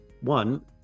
one